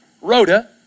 Rhoda